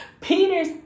Peter's